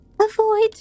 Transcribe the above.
Avoid